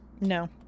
No